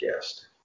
guest